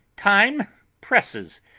time presses,